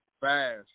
fast